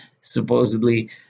supposedly